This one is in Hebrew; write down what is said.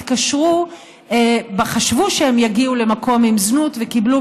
שהתקשרו וחשבו שיגיעו למקום עם זנות וקיבלו